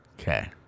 Okay